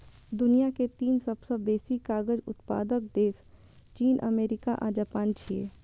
दुनिया के तीन सबसं बेसी कागज उत्पादक देश चीन, अमेरिका आ जापान छियै